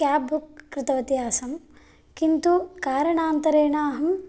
cab book कृतवती आसम् किन्तु कारणान्तरेण अहम्